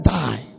die